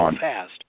fast